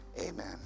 amen